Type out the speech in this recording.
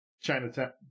Chinatown